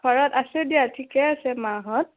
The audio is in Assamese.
ঘৰত আছে দিয়া ঠিকে আছে মাহঁত